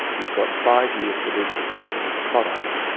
you've got five years to do the development of the product,